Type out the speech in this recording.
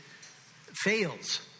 fails